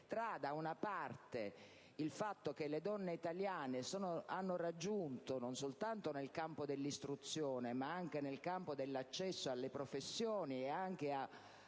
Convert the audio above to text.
da un lato, infatti, le donne italiane hanno raggiunto, non solo nel campo dell'istruzione, ma anche nel campo dell'accesso alle professioni, e anche